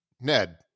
Ned